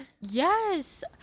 yes